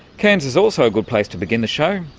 cairns is also a good place to begin the show,